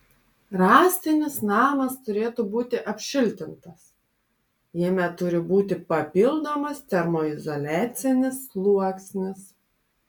rąstinis namas turėtų būti apšiltintas jame turi būti papildomas termoizoliacinis sluoksnis